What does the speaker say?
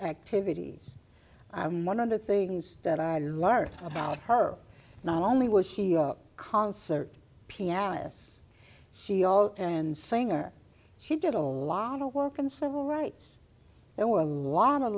activities one hundred things that i learned about her not only was she a concert pianists she also and singer she did a lot of work and civil rights there were a lot a